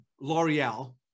L'Oreal